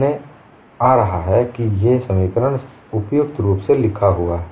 समाने आ रहा है कि ये समीकरण उपयुक्त रूप से लिखा हुआ